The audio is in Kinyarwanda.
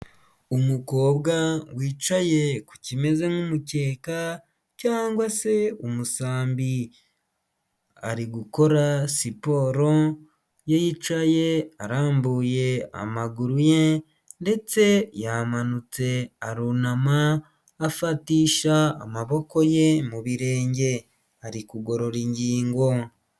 Umukobwa wicaye ku kimeze nk'umukeka cyangwa se umusambi ari gukora siporo yicaye arambuye amaguru ye ndetse yamanutse arunama afatisha amaboko ye mu birenge, ari kugorora ingingo.